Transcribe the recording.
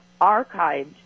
archived